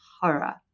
horror